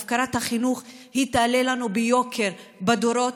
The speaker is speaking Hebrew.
הפקרת החינוך תעלה לנו ביוקר לדורות,